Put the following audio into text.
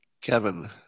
kevin